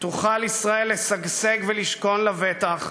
תוכל ישראל לשגשג ולשכון לבטח,